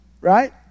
Right